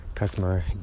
customer